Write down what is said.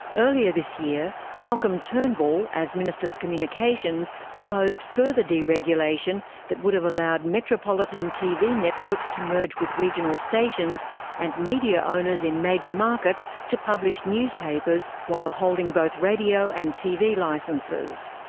earlier this year, malcolm turnbull, as minister for communications, proposed further deregulation that would have allowed metropolitan tv networks to merge with regional stations and media owners in major markets to publish newspapers while holding both radio and tv licences.